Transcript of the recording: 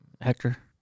Hector